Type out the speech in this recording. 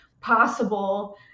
possible